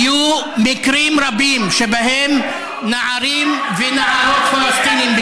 היו מקרים רבים שבהם נערים ונערות פלסטינים,